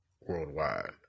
worldwide